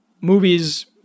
movies